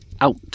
out